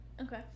Okay